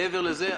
מעבר לזה,